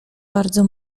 bardzo